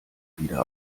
wieder